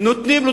ונותנים לו,